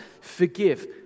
forgive